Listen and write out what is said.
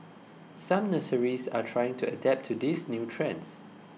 some nurseries are trying to adapt to these new trends